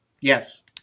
Yes